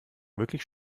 wirklich